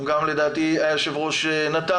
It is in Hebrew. הוא גם לדעתי היה יושב ראש נט"ל,